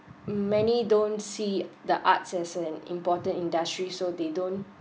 many don't see the arts as an important industry so they don't